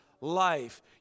Life